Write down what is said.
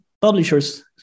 publishers